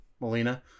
Melina